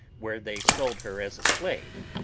where they sold her as a slave.